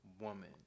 woman